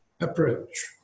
approach